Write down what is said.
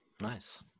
nice